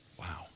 Wow